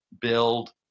build